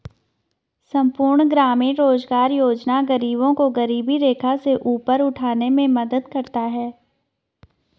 संपूर्ण ग्रामीण रोजगार योजना गरीबों को गरीबी रेखा से ऊपर उठाने में मदद करता है